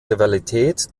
rivalität